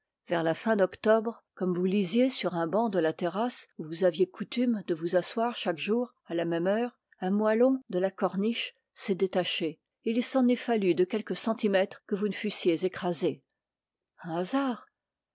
vers la fin d'octobre comme vous lisiez sur un banc de la terrasse où vous aviez coutume de vous asseoir chaque jour à la même heure un moellon de la corniche s'est détaché et il s'en est fallu de quelques centimètres que vous ne fussiez écrasée un hasard